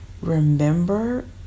remember